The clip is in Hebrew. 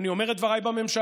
אני אומר את דבריי בממשלה,